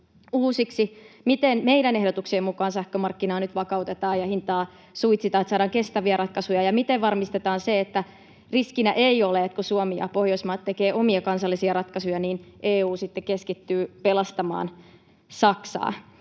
uusiksi, miten meidän ehdotuksien mukaan sähkömarkkinaa nyt vakautetaan ja hintaa suitsitaan niin, että saadaan kestäviä ratkaisuja, ja miten varmistetaan se, että riskinä ei ole, että kun Suomi ja Pohjoismaat tekevät omia kansallisia ratkaisujaan, niin EU sitten keskittyy pelastamaan Saksaa.